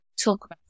talk